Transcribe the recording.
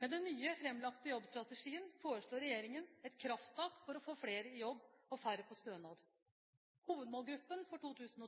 Med den nylig framlagte jobbstrategien foreslår regjeringen et krafttak for å få flere i jobb og færre på stønad. Hovedmålgruppen for 2012